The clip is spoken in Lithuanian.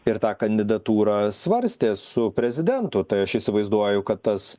it tą kandidatūrą svarstė su prezidentu tai aš įsivaizduoju kad tas